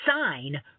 sign